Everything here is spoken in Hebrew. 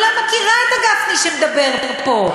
אני לא מכירה את גפני שמדבר פה.